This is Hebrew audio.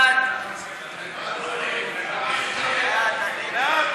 ההצעה להעביר את הצעת חוק המפלגות (תיקון,